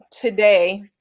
today